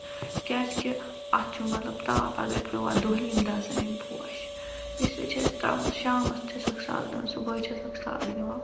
کیازِ کہِ اَتھ چھُ مطلب تاپھ اگر پِیٚو اَتھ دۄہلہِ یِم دَزن یِم پوش اس لیے چھِ أسۍ تراوان شامس چھسکھ سگنا صبحٲے چھسکھ سگ دِوان